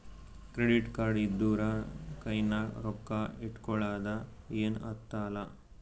credit card ಇದ್ದೂರ ಕೈನಾಗ್ ರೊಕ್ಕಾ ಇಟ್ಗೊಳದ ಏನ್ ಹತ್ತಲಾ